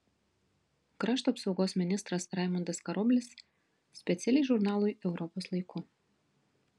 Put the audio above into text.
krašto apsaugos ministras raimundas karoblis specialiai žurnalui europos laiku